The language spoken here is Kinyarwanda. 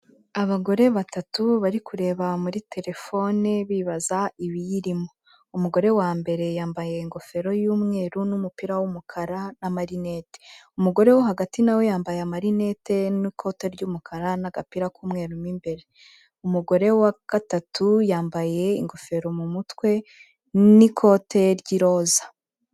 Abagore batatu bari kureba muri telefone bibaza ibiyirimo, umugore wa mbere yambaye ingofero y'umweru n'umupira w'umukara n'amarinete, umugore wo hagati na we yambaye amarinete n'ikote ry'umukara n'agapira k'umweru mo imbere, umugore wa gatatu yambaye ingofero mu mutwe n'ikote ry'iroza.